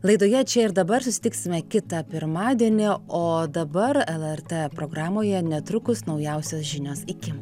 laidoje čia ir dabar susitiksime kitą pirmadienį o dabar lrt programoje netrukus naujausios žinios iki